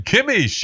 Kimmy